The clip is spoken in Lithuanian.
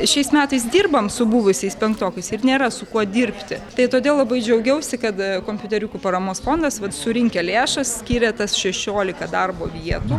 šiais metais dirbam su buvusiais penktokais ir nėra su kuo dirbti tai todėl labai džiaugiausi kad kompiuteriukų paramos fondas vat surinkę lėšas skyrė tas šešioliką darbo vietų